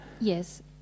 yes